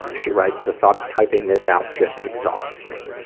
ah she writes, the thought of typing this out just exhausts me.